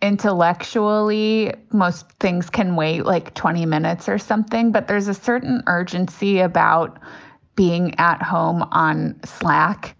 intellectually most things can wait like twenty minutes or something, but there's a certain urgency about being at home on slack.